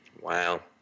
Wow